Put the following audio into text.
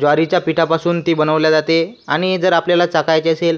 ज्वारीच्या पिठापासून ती बनवल्या जाते आणि जर आपल्याला चाखायची असेल